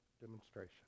demonstration